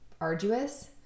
arduous